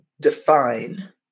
define